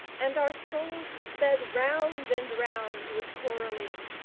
and our souls sped round and round with coralie,